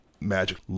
Magic